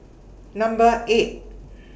Number eight